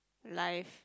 life